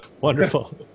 Wonderful